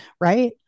Right